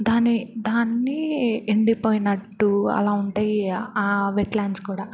దాని దాన్ని ఎండిపోయినట్టు అలా ఉంటాయి ఆ వెట్లాండ్స్ కూడా